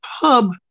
pub